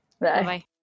Bye